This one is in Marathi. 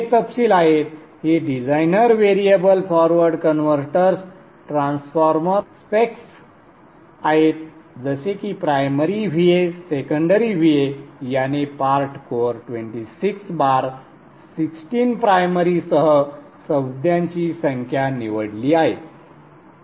हे तपशील आहेत हे designer variable forward converters transformer specs आहेत जसे की प्रायमरी VA सेकंडरी VA याने पॉट कोअर 26 बार 16 प्रायमरी सह संज्ञांची संख्या निवडली आहे